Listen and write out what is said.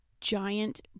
giant